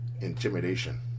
intimidation